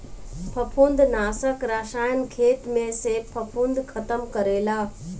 फंफूदनाशक रसायन खेत में से फंफूद खतम करेला